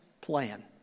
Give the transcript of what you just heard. plan